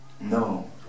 no